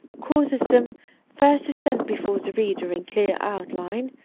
causes them first to stand before the reader in clear outline,